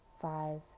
five